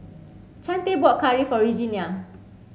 Chante bought curry for Regenia